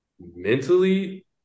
mentally